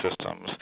systems